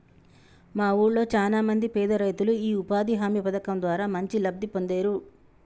మా వూళ్ళో చానా మంది పేదరైతులు యీ ఉపాధి హామీ పథకం ద్వారా మంచి లబ్ధి పొందేరు